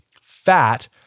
Fat